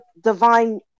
divine